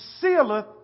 sealeth